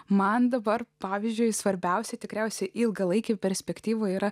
man dabar pavyzdžiui svarbiausiai tikriausiai ilgalaikėje perspektyvoje yra